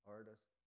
artist